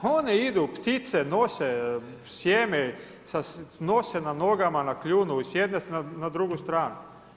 Ha one idu, ptice nose sjeme, nose na nogama, na kljunu s jedne na drugu stranu.